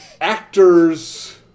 actors